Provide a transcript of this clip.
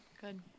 Good